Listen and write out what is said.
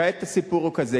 כעת, הסיפור הוא כזה.